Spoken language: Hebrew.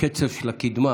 הקצב של הקדמה.